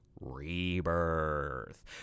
Rebirth